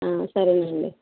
సరే నండి